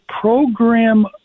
program